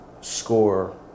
Score